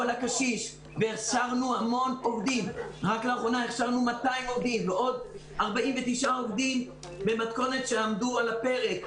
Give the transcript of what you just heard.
רק לאחרונה הכשרנו 200 עובדים ועוד 49 במתכונת שעמדו על הפרק.